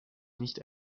nicht